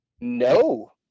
No